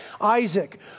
Isaac